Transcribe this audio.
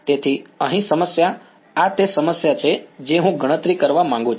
તેથી અહીં સમસ્યા આ તે સમસ્યા છે જેની હું ગણતરી કરવા માંગુ છું